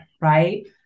right